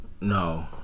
No